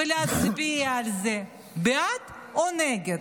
ולהצביע על זה בעד או נגד.